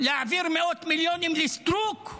להעביר מאות מיליונים לסטרוק,